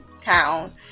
town